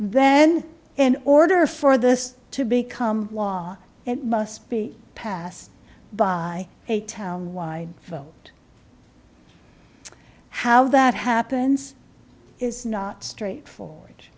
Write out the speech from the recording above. then in order for this to become law it must be passed by a town wide vote how that happens is not straightforward